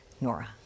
Nora